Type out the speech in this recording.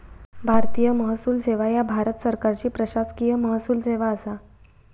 भारतीय महसूल सेवा ह्या भारत सरकारची प्रशासकीय महसूल सेवा असा